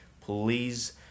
please